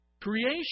Creation